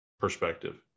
perspective